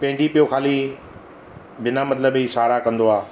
पंहिंजी पियो खाली बिना मतिलब ई इशारा कंदो आहे